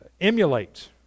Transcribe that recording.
emulate